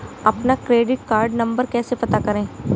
अपना credit card number कैसे पता करें?